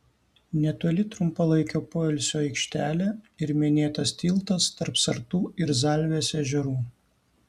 netoli trumpalaikio poilsio aikštelė ir minėtas tiltas tarp sartų ir zalvės ežerų